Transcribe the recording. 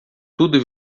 tudo